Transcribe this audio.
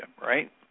right